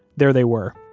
there they were.